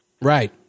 Right